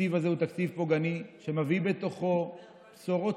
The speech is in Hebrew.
התקציב הזה הוא תקציב פוגעני שמביא בתוכו בשורות